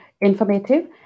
informative